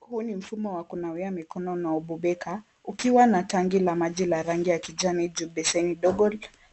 Huu ni mfumo wa kunawai mikono unaobobeka, ukiwa na tangi la maji la kijani juu, beseni ndogo